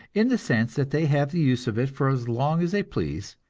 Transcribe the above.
in the sense that they have the use of it for as long as they please,